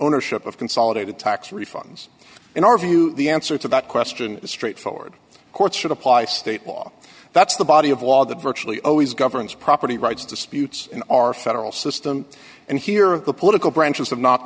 ownership of consolidated tax refunds in our view the answer to that question is straightforward courts should apply state law that's the body of law that virtually always governs property rights disputes in our federal system and here the political branches